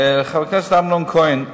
חבר הכנסת אמנון כהן,